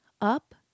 up